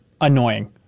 annoying